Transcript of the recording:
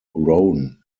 roan